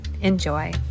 Enjoy